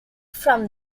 from